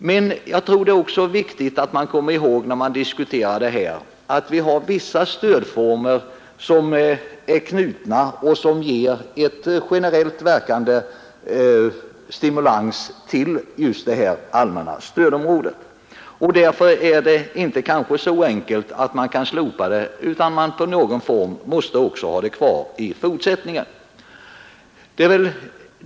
Men det är också viktigt att när man diskuterar detta komma ihåg att vissa stödformer ger en generellt verkande stimulans inom det allmänna stödområdet. Därför är det kanske inte så enkelt att man kan slopa det utan att man i fortsättningen måste ha det kvar i någon form.